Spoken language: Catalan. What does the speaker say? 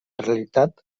realitat